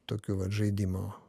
tokių vat žaidimo